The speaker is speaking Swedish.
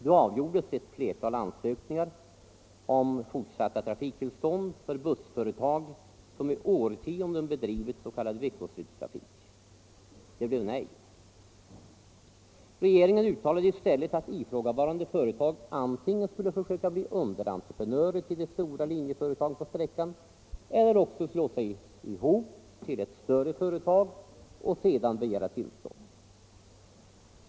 Då avgjordes ett flertal ansökningar om tillstånd för bussföretag som i årtionden be yrkesmässig trafik med buss yrkesmässig trafik med buss drivit s.k. veckoslutstrafik. Det blev nej! Regeringen uttalade i stället att ifrågavarande företag antingen skulle försöka bli underentreprenörer till de stora linjeföretagen på sträckan eller också slå sig ihop till ett större företag och sedan begära tillstånd.